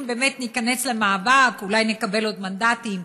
אם באמת ניכנס למאבק אולי נקבל עוד מנדטים.